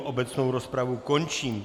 Obecnou rozpravu končím.